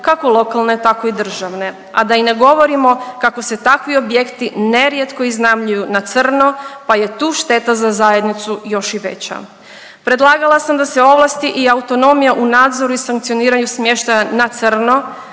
kako lokalne tako i državne, a i da ne govorimo kako se takvi objekti nerijetko iznajmljuju na crno, pa je tu šteta za zajednicu još i veća. Predlagala sam da se ovlasti i autonomija u nadzoru i sankcioniranju smještaja na crno